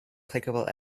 clickable